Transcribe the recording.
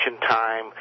time